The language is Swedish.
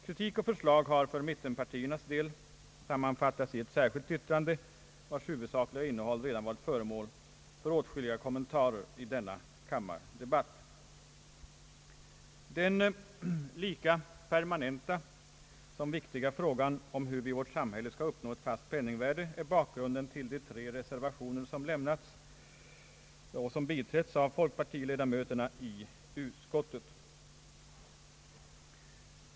Kritik och förslag har för mittenpartiernas del sammanfaitats i ett särskilt yttrande, vars huvudsakliga innehåll redan varit föremål för åtskilliga kommentarer i denna kammardebatt. Den lika permanenta som viktiga frågan om hur vi i vårt samhälle skall uppnå ett fast penningvärde är bakgrunden till de tre reservationer som biträtts av folkpartiledamöterna i utskottet.